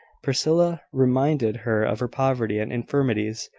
priscilla reminded her of her poverty and infirmities,